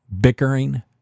bickering